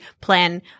plan